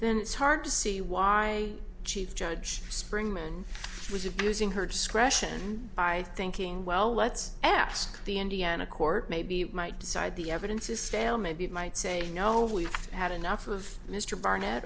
then it's hard to see why chief judge springman was abusing her discretion by thinking well let's ask the indiana court maybe might decide the evidence is stale maybe it might say you know we've had enough of mr barnett